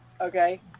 okay